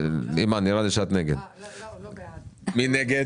מי נמנע?